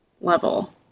level